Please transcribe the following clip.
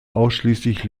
ausschließlich